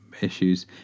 issues